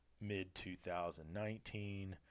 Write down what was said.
mid-2019